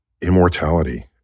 immortality